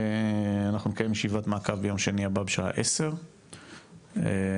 נקיים ישיבת מעקב ביום שני הבא בשעה 10.00